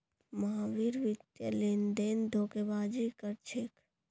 महावीर वित्तीय लेनदेनत धोखेबाजी कर छेक